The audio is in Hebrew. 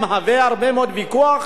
מהווה ויכוח